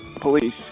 police